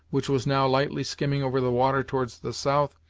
which was now lightly skimming over the water towards the south,